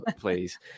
please